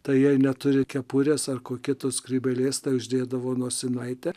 tai jei neturi kepurės ar ko kito skrybėlės tai uždėdavo nosinaitę